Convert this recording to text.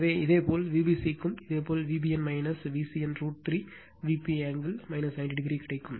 எனவே இதேபோல் Vbc க்கும் இதேபோல் Vbn Vcn root 3 Vp angle 90o கிடைக்கும்